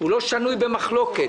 הוא לא שנוי במחלוקת.